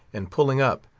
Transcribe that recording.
and pulling up,